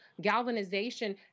galvanization